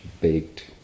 baked